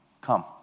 Come